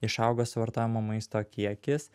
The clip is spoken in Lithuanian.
išaugo suvartojamo maisto kiekis